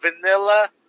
vanilla